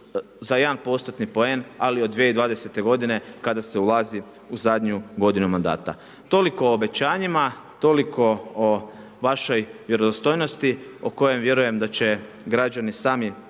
za 1%-ni poen, ali od 2020. godine kada se ulazi u zadnju godinu mandata. Toliko o obećanjima, toliko o vašoj vjerodostojnosti o kojoj vjerujem da će građani sami